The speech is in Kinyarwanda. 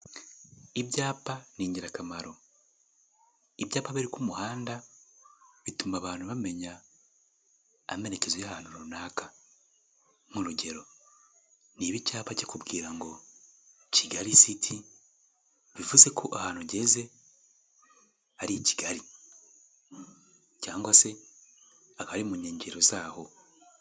Ibyapa ni ingirakamaro. Ibyapa biri ku muhanda bituma abantu bamenya amerekezo y'ahantu runaka. Nk'urugero niba icyapa kikubwira ngo kigali city, bivuze ko ahantu ugeze ari i kigali cyangwa se akaba ari mu nkengero zaho.